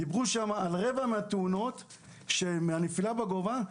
דיברו אז על רבע מהתאונות שהן מנפילה מגובה.